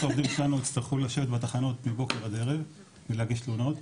העובדים שלנו יצטרכו לשבת בתחנות מבוקר עד ערב ולהגיש תלונות,